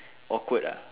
awkward ah